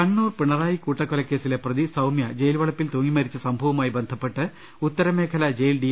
കണ്ണൂർ പിണറായി കൂട്ടക്കൊലക്കേസിലെ പ്രതി സൌമ്യ ജയിൽ വളപ്പിൽ തൂങ്ങി മരിച്ച സംഭവവുമായി ബന്ധപ്പെട്ട് ഉത്തര മേഖലാ ജയിൽ ഡി